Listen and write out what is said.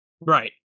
Right